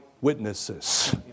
witnesses